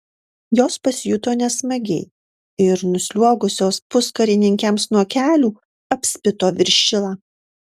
jos pasijuto nesmagiai ir nusliuogusios puskarininkiams nuo kelių apspito viršilą